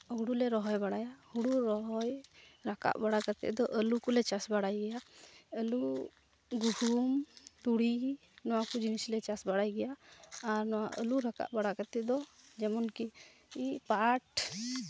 ᱦᱳᱲᱳᱞᱮ ᱨᱚᱦᱚᱭ ᱵᱟᱲᱟᱭᱟ ᱦᱳᱲᱳ ᱨᱚᱦᱚᱭ ᱨᱟᱠᱟᱵ ᱵᱟᱲᱟ ᱠᱟᱛᱮᱫ ᱫᱚ ᱟᱹᱞᱩ ᱠᱚᱞᱮ ᱪᱟᱥ ᱵᱟᱲᱟᱭ ᱜᱮᱭᱟ ᱟᱹᱞᱩ ᱜᱩᱦᱩᱢ ᱛᱩᱲᱤ ᱱᱚᱣᱟ ᱠᱚ ᱡᱤᱱᱤᱥ ᱞᱮ ᱪᱟᱥ ᱵᱟᱲᱟᱭ ᱜᱮᱭᱟ ᱟᱨ ᱱᱚᱣᱟ ᱟᱹᱞᱩ ᱨᱟᱠᱟᱵ ᱵᱟᱲᱟ ᱠᱟᱛᱮᱫ ᱫᱚ ᱡᱮᱢᱚᱱ ᱠᱤ ᱯᱟᱴ